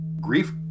grief